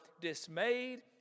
dismayed